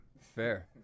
fair